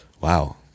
wow